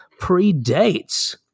predates